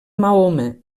mahoma